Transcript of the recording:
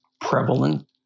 prevalent